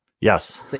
Yes